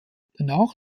danach